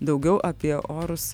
daugiau apie orus